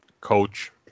coach